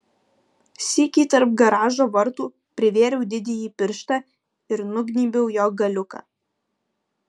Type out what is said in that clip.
sykį tarp garažo vartų privėriau didįjį pirštą ir nugnybiau jo galiuką